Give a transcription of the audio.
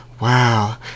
Wow